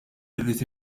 irrid